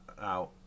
out